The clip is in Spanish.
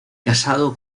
casado